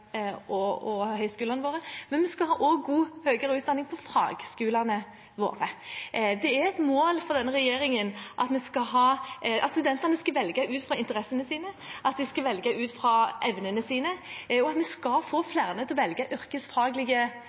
høyere utdanning på fagskolene våre. Det er et mål for denne regjeringen at studentene skal velge ut fra interessene sine, at de skal velge ut fra evnene sine, og at vi skal få flere til å velge